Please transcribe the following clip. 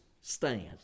stand